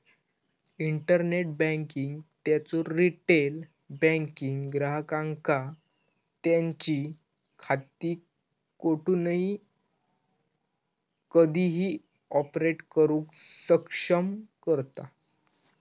internet banking त्यांचो retail banking ग्राहकांका त्यांची खाती कोठूनही कधीही ऑपरेट करुक सक्षम करता